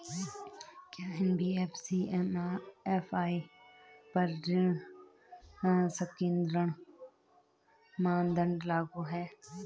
क्या NBFC MFI पर ऋण संकेन्द्रण मानदंड लागू हैं?